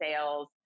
sales